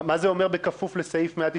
מה זה אומר "בכפוף לסעיף 190"?